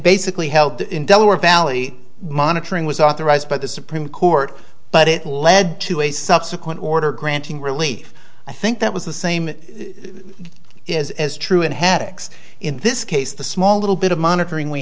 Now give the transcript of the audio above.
basically held in delaware valley monitoring was authorized by the supreme court but it led to a subsequent order granting relief i think that was the same is as true and haddix in this case the small little bit of monitoring we